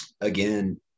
again